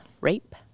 rape